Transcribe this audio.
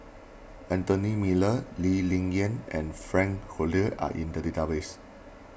Anthony Miller Lee Ling Yen and Frank Cloutier are in the database